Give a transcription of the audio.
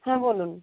হ্যাঁ বলুন